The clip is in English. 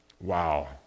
Wow